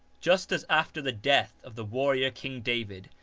just as after the death of the warrior king david,